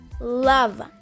love